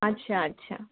আচ্ছা আচ্ছা